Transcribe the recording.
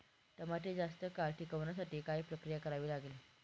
टमाटे जास्त काळ टिकवण्यासाठी काय प्रक्रिया करावी लागेल?